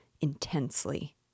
intensely